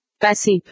Passive